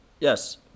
yes